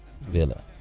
villa